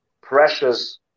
precious